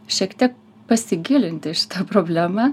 šiek tiek pasigilinti į šitą problemą